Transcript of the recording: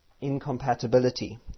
incompatibility